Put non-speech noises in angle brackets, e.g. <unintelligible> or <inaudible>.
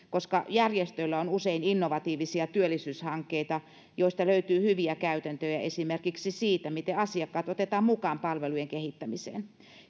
<unintelligible> koska järjestöillä on usein innovatiivisia työllisyyshankkeita joista löytyy hyviä käytäntöjä esimerkiksi siitä miten asiakkaat otetaan mukaan palvelujen kehittämiseen